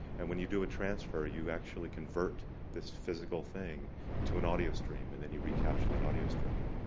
and when you do a transfer, you actually convert this physical thing into an audio stream and then you recapture that audio stream.